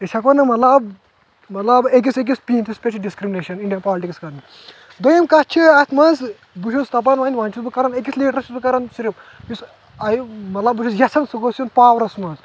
أسۍ ہٮ۪کو نہٕ ملطب مطلب أکِس أکِس پیٖنتس پٮ۪ٹھ یہِ ڈسکرمنیشن انڈیا پالٹکس کرن دوٚیم کتھ اتھ منٛز بہٕ چھُس دپان وۄنۍ وۄنۍ چھُ بہٕ کران أکِس لیڈرس چھُس بہٕ کران صرف یُس مطلب بہٕ چھُس یژھان سُہ گوٚژھ یُن پاورس منٛز